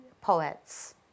poets